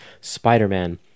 Spider-Man